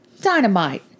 Dynamite